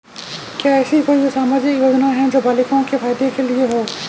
क्या ऐसी कोई सामाजिक योजनाएँ हैं जो बालिकाओं के फ़ायदे के लिए हों?